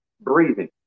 breathing